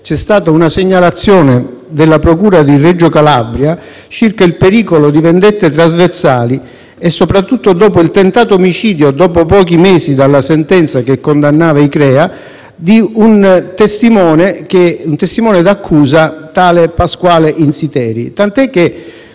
c'è stata una segnalazione della procura di Reggio Calabria circa il pericolo di vendette trasversali e, soprattutto, dopo il tentato omicidio, a pochi mesi dalla sentenza che condannava i Crea, di un testimone d'accusa, tale Pasquale Inzitari. Queste